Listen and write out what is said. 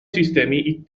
sistemi